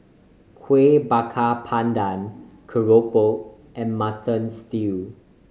Kuih Bakar Pandan keropok and Mutton Stew